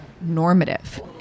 normative